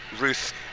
Ruth